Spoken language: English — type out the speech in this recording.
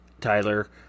Tyler